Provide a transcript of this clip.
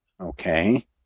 Okay